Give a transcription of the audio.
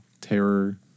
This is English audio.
Terror